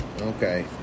Okay